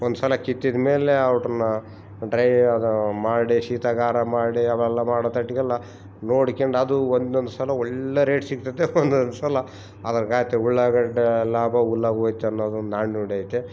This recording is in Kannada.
ಒಂದು ಸಲ ಕಿತ್ತಿದ ಮೇಲೆ ಔಡ್ರನ್ನ ಡ್ರೈ ಆಗ ಮಾಡಿ ಶೀತಾಗಾರ ಮಾಡಿ ಅವೆಲ್ಲ ಮಾಡೊತಟ್ಗೆಲ್ಲ ನೋಡ್ಕೊಂಡ್ ಅದು ಒಂದೊಂದು ಸಲ ಒಳ್ಳೆ ರೇಟ್ ಸಿಗ್ತೈತೆ ಒಂದೊಂದು ಸಲ ಅದರ್ಗಾತೆ ಉಳ್ಳಾಗಡ್ಡೆ ಲಾಭ ಹುಲ್ಲಾಗೆ ಹೋಯ್ತ್ ಅನ್ನೋದು ನಾಣ್ಣುಡಿ ಐತೆ